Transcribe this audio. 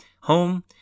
home